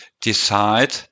decide